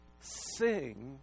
sing